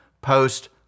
post